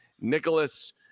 Nicholas